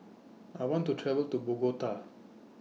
I want to travel to Bogota